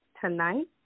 tonight